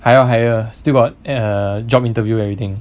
还要 hire still got err job interview everything